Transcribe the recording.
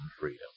freedom